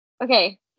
Okay